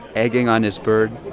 egging on his bird,